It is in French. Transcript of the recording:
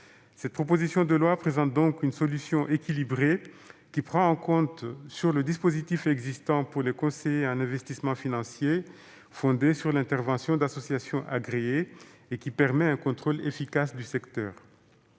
Cette proposition de loi présente donc une solution équilibrée qui prend exemple sur le dispositif existant pour les conseillers en investissements financiers, fondé sur l'intervention d'associations agréées et qui permet un contrôle efficace du secteur.